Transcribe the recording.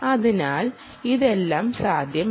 അതിനാൽ ഇതെല്ലാം സാധ്യമാണ്